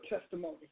testimony